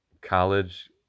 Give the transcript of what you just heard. college